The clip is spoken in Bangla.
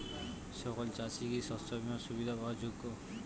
সকল চাষি কি শস্য বিমার সুবিধা পাওয়ার যোগ্য?